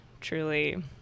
truly